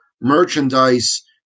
merchandise